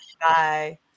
Bye